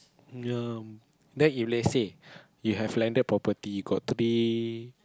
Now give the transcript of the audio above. ya then if let's say you have landed property you got to be